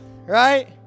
right